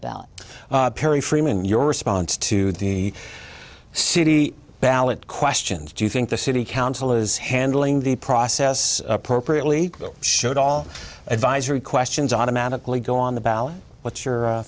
the ballot perry freeman in your response to the city ballot questions do you think the city council is handling the process appropriately should all advisory questions automatically go on the ballot what's your